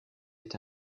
est